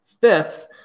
fifth